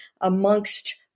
amongst